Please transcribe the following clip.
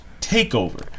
TakeOver